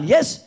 Yes